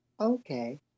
Okay